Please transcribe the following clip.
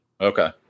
Okay